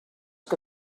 que